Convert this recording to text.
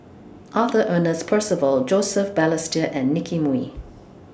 Arthur Ernest Percival Joseph Balestier and Nicky Moey